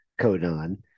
codon